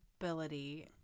ability